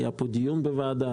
היה פה דיון בוועדה,